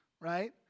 right